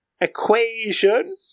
equation